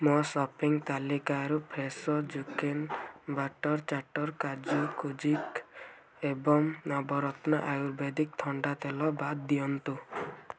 ମୋ ସପିଂ ତାଲିକାରୁ Fresho zucchini butter chatter କାଜୁ କୁକିଜ୍ ଏବଂ ନବରତ୍ନ ଆୟୁର୍ବେଦିକ ଥଣ୍ଡା ତେଲ ବାଦ ଦିଅନ୍ତୁ